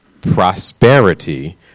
prosperity